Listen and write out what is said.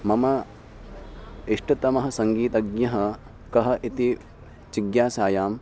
मम इष्टतमः सङ्गीतज्ञः कः इति जिज्ञासायाम्